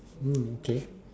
mm okay